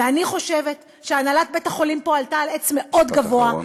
ואני חושבת שהנהלת בית-החולים פה עלתה על עץ מאוד גבוה,